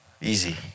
Easy